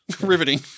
riveting